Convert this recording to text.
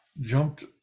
jumped